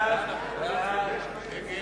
ההצעה להעביר